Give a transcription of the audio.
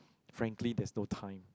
frankly there's no time